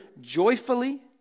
joyfully